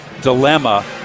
dilemma